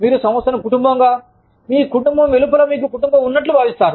మీరు సంస్థను కుటుంబంగా మీ కుటుంబం వెలుపల మీ కుటుంబం ఉన్నట్లు భావిస్తారు